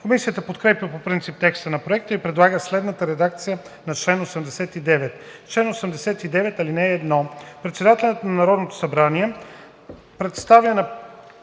Комисията подкрепя по принцип текста на проекта и предлага следната редакция на чл. 89: „Чл. 89. (1) Председателят на Народното събрание представя на